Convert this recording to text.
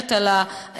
ששומרת על העובדים.